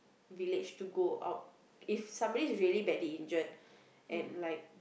village to go out if somebody is really badly injured and like